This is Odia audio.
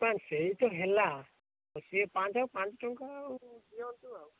ନାଇ ସେଇତ ହେଲା ସେ ପାଞ୍ଚ ପାଞ୍ଚ ଟଙ୍କା ଆଉ ଦିଅନ୍ତୁ ଆଉ